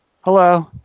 hello